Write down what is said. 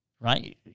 right